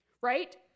right